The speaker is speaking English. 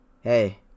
hey